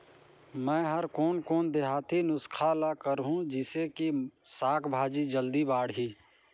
मै हर कोन कोन देहाती नुस्खा ल करहूं? जिसे कि साक भाजी जल्दी बाड़ही?